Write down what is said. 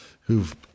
who've